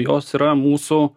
jos yra mūsų